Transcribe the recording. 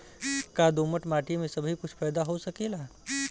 का दोमट माटी में सबही कुछ पैदा हो सकेला?